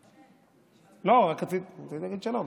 רק רציתי להגיד שלום.